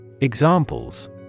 Examples